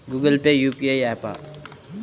Google Pay UPI య్యాపా?